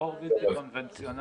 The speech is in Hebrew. טרור בלתי קונבנציונאלי.